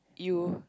you